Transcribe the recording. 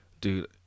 Dude